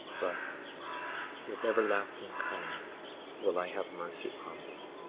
but with everlasting kindness will i have mercy on thee,